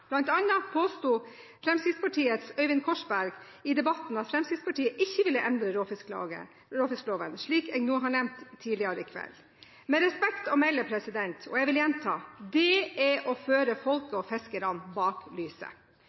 annet påsto Fremskrittspartiets Øyvind Korsberg i debatten at Fremskrittspartiet ikke ville endre råfiskloven, slik jeg har nevnt tidligere i kveld. Det er – jeg gjentar – med respekt å melde å føre folk og fiskere bak lyset.